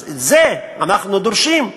אז את זה אנחנו דורשים.